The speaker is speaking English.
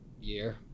Year